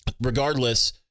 regardless